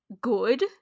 good